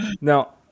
now